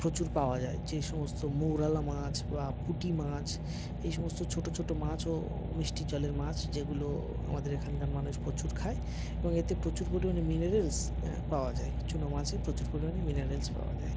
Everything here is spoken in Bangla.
প্রচুর পাওয়া যায় যে সমস্ত মৌরলা মাছ বা পুঁটি মাছ এই সমস্ত ছোট ছোট মাছও মিষ্টি জলের মাছ যেগুলো আমাদের এখানকার মানুষ প্রচুর খায় এবং এতে প্রচুর পরিমাণে মিনারেলস পাওয়া যায় চুনো মাছে প্রচুর পরিমাণে মিনারেলস পাওয়া যায়